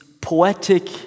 poetic